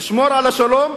לשמור על השלום,